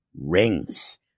Rings